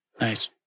Nice